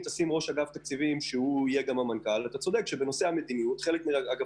אם תשים ראש אגף תקציבים שהוא יהיה גם המנכ"ל אז ראשי שאר האגפים